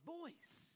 voice